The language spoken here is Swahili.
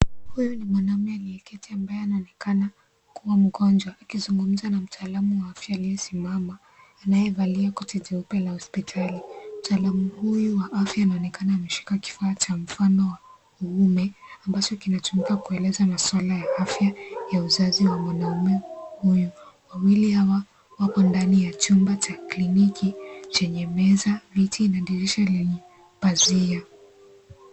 Huyu ni mwanamume aliyeketi ambaye anaonekana kuwa mgonjwa, akizungumza na mtaalamu wa afya aliyesimama ,anayevalia koti jeupe la hospitali. Mtaalamu huyu wa afya anaonekana ameshika kifaa cha mfano wa uume, ambacho kinatumika kueleza maswala ya afya ya uzazi wa mwanaume huyu. Wawili hawa wako ndani ya chumba cha kliniki, chenye meza, viti na dirisha lenye pazia.